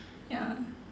ya